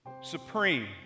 supreme